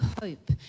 hope